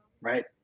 right